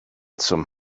zum